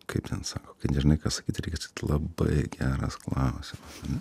kaip ten sako kai nežinai ką sakyt reikia sakyt labai geras klausimas ane